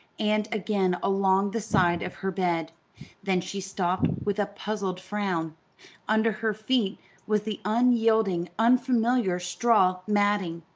and again along the side of her bed then she stopped with a puzzled frown under her feet was the unyielding, unfamiliar straw matting.